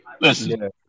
Listen